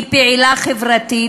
היא פעילה חברתית.